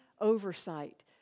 oversight